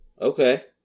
Okay